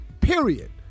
period